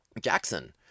Jackson